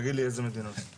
תגיד באיזה מדינות לדוגמה.